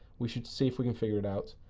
we should see if we can figure it out.